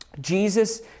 Jesus